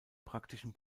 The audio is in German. praktischen